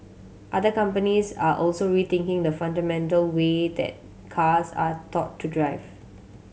other companies are also rethinking the fundamental way that cars are taught to drive